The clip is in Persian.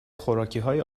خوراکیهای